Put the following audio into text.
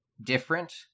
different